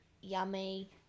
Yummy